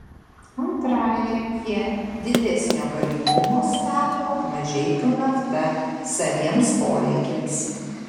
antrąją he didesnio galingumo stato mažeikių nafta saviems poreikiams